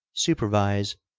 supervise,